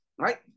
right